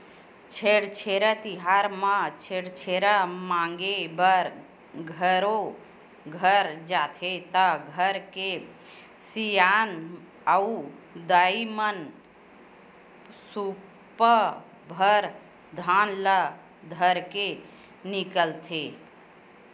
छेरछेरा तिहार म छेरछेरा मांगे बर घरो घर जाथे त घर के सियान अऊ दाईमन सुपा भर धान ल धरके निकलथे